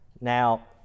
Now